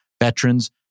veterans